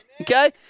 Okay